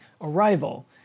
Arrival